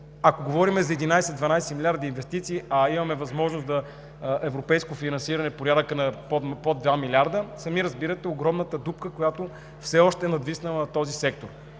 ако говорим за 11 – 12 милиарда инвестиции, а имаме възможност за европейско финансиране в порядъка на под 2 милиарда, сами разбирате огромната дупка, която все още е надвиснала на този сектор.